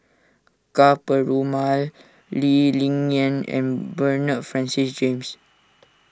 Ka Perumal Lee Ling Yen and Bernard Francis James